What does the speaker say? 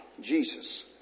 Jesus